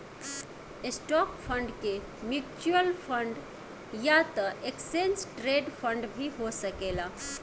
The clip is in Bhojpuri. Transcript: स्टॉक फंड के म्यूच्यूअल फंड या त एक्सचेंज ट्रेड फंड भी हो सकेला